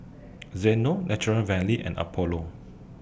Xndo Nature Valley and Apollo